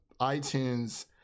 iTunes